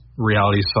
reality